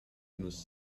nus